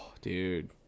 dude